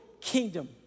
kingdom